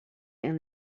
and